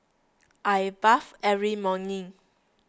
I bathe every morning